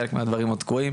חלק מהדברים עוד תקועים.